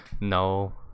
No